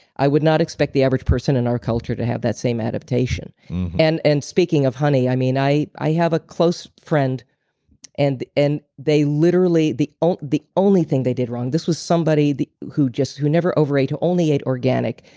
i would not expect the average person in our culture to have that same adaptation and and speaking of honey, i mean, i i have a close friend and and they literally, the only the only thing they did wrong. this was somebody who just never over ate, who only ate organic,